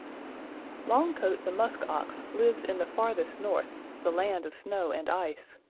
longcoat the musk ox lives in the farthest north, the land of snow and ice.